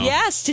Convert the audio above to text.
Yes